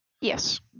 Yes